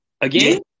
Again